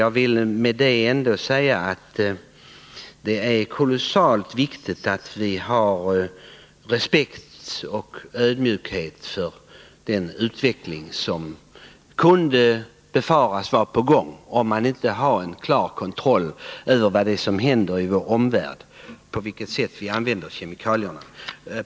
Jag vill i sammanhanget säga att det är kolossalt viktigt att vi är ödmjuka inför och respekterar den utveckling som skulle kunna vara på gång. Vi har inte kontroll över vad som händer i vår omvärld och över på vilket sätt vi använder kemikalierna.